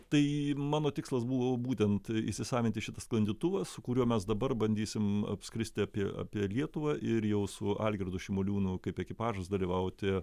tai mano tikslas buvo būtent įsisavinti šitą sklandytuvą su kuriuo mes dabar bandysim apskristi apie apie lietuvą ir jau su algirdu šimoliūno kaip ekipažas dalyvauti